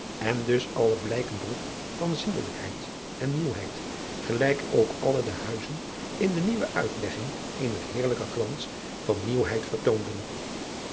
en dus alle blijken droeg van zindelijkheid en nieuwheid gelijk ook alle de huizen in de nieuwe uitlegging eenen heerlijken glans van nieuwheid vertoonden